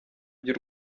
by’u